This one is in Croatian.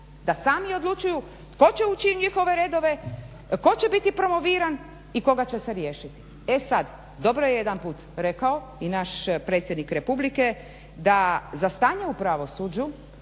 da sami odlučuju tko će uči u njihove redove, tko će biti promoviran i koga će se riješiti. E sad dobro je jedanput rekao i naš predsjednik republike da za stanje u pravosuđu